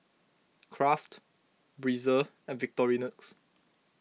Kraft Breezer and Victorinox